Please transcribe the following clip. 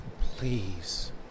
please